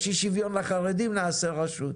יש אי שוויון לחרדים נעשה רשות,